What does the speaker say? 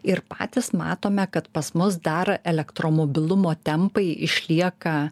ir patys matome kad pas mus dar elektromobilumo tempai išlieka